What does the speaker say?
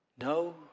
No